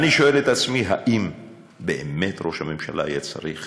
אני שואל את עצמי: האם באמת ראש הממשלה היה צריך